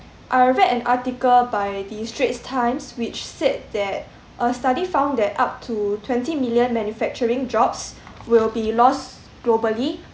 I read an article by the straits times which said that a study found that up to twenty million manufacturing jobs will be lost globally